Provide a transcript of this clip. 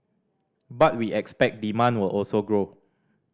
but we expect demand will also grow